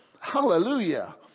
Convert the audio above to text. hallelujah